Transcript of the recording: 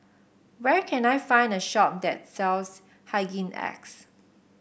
where can I find a shop that sells Hygin X